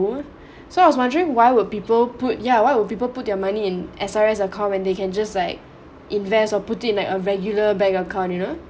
so I was wondering why would people put yeah why would people put their money in S_R_S account when they can just say like invest or put in like a regular bank account you know